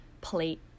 plate